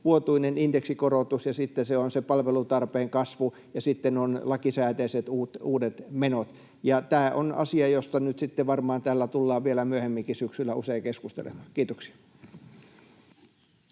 vuotuinen indeksikorotus ja sitten on se palvelutarpeen kasvu ja sitten ovat lakisääteiset uudet menot. Tämä on asia, josta nyt sitten täällä tullaan varmaan vielä myöhemminkin syksyllä usein keskustelemaan. — Kiitoksia.